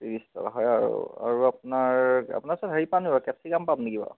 ত্ৰিছ টকা হয় আৰু আপোনাৰ আপোনাৰ ওচৰত হেৰি পাম নেকি বাৰু কেপচিকাম পাম নেকি বাৰু